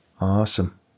Awesome